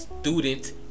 student